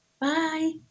Bye